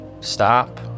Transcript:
stop